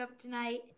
tonight